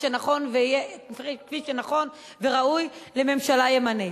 כפי שנכון וראוי לממשלה ימנית.